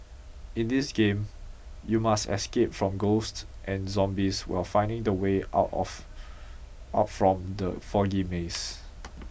in this game you must escape from ghosts and zombies while finding the way out of out from the foggy maze